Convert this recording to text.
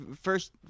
first